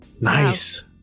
Nice